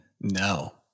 No